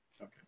Okay